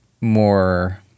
more